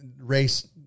race